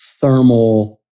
thermal